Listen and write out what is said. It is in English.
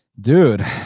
Dude